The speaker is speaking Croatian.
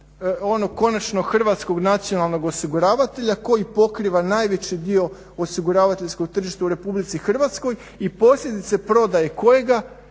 konačno hrvatskog nacionalnog osiguravatelja koji pokriva najveći dio osiguravateljskog tržišta u Republici Hrvatskoj i posljedice prodaje kojega